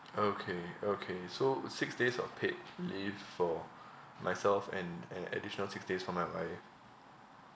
okay okay so six days of paid leave for myself and an additional six days for my wife